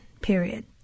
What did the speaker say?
period